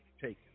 taken